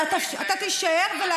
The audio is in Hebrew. תהיה מספיק גבר להישאר.